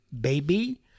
baby